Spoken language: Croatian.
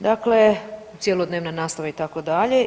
Dakle, cjelodnevna nastava itd.